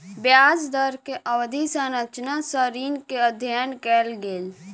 ब्याज दर के अवधि संरचना सॅ ऋण के अध्ययन कयल गेल